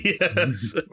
Yes